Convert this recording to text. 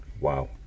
wow